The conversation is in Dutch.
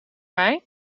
mij